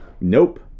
Nope